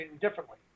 differently